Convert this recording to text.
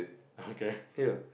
ya